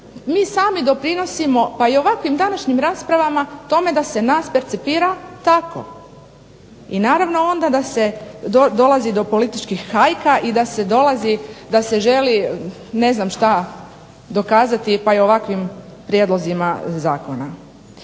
Mi sami doprinosimo pa i ovakvim današnjim raspravama tome da se nas percipira tako. I naravno onda da dolazi do političkih hajka i da se želi ne znam što dokazati pa i ovakvim prijedlozima zakona.